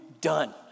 done